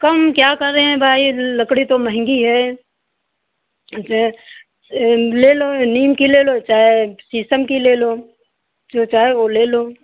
कम क्या करें भाई लकड़ी तो महंगी है ले लो नीम की ले लो चाहे शीशम की ले लो जो चाहे वो ले लो